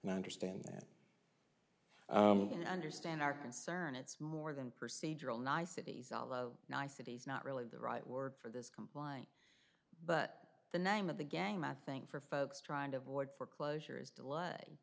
and i understand that understand our concern it's more than procedural niceties niceties not really the right word for this complying but the name of the game nothing for folks trying to avoid foreclosures d